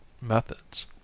methods